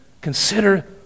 consider